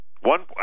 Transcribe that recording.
one –